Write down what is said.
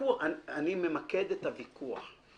אני ממקד את הוויכוח.